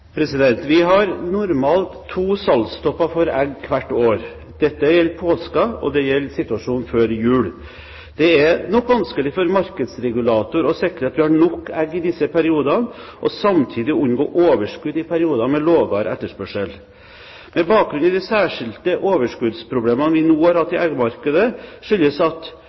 Vi har normalt to salgstopper for egg hvert år. Det gjelder påsken, og det gjelder situasjonen før jul. Det er nok vanskelig for markedsregulatoren å sikre at vi har nok egg i disse periodene og samtidig unngå overskudd i perioder med lavere etterspørsel. Bakgrunnen for de særskilte overskuddsproblemene vi nå har hatt i eggmarkedet, skyldes at